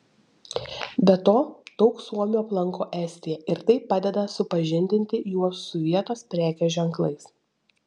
be to daug suomių aplanko estiją ir tai padeda supažindinti juos su vietos prekės ženklais